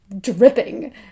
dripping